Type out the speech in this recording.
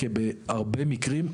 כי בהרבה מקרים,